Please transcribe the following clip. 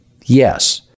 yes